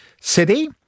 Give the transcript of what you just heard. city